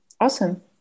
awesome